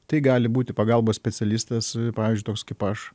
tai gali būti pagalbos specialistas pavyzdžiui toks kaip aš